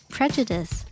Prejudice